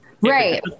Right